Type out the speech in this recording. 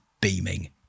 beaming